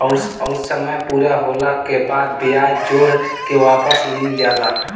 अउर समय पूरा होला के बाद बियाज जोड़ के वापस मिल जाला